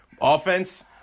offense